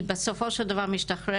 היא בסופו של דבר משתחררת,